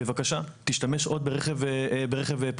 בבקשה, תשתמש עוד ברכב פרטי.